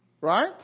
right